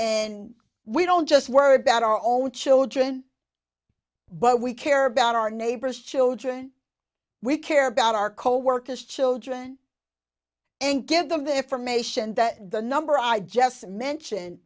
and we don't just worry about our own children but we care about our neighbors children we care about our coworkers children and give them their formation that the number i just mentioned